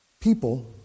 People